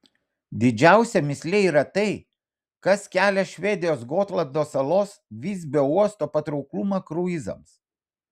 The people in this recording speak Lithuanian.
didžiausia mįslė yra tai kas kelia švedijos gotlando salos visbio uosto patrauklumą kruizams